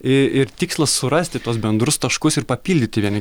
i ir tikslas surasti tuos bendrus taškus ir papildyti vieni